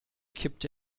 kippte